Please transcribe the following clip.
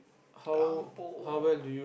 Kampung